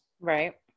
right